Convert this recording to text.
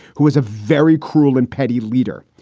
who is a very cruel and petty leader.